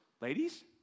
Ladies